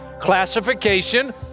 classification